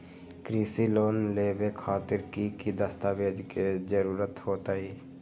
कृषि लोन लेबे खातिर की की दस्तावेज के जरूरत होतई?